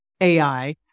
AI